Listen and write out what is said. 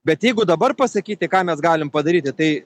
bet jeigu dabar pasakyti ką mes galim padaryti tai